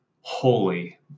holy